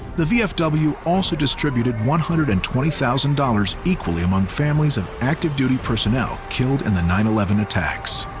the vfw also distributed one hundred and twenty thousand dollars equally among families of active-duty personnel killed in the nine eleven attacks.